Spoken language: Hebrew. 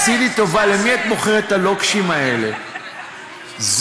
כשלא רציתם לדבר קודם, לא, זה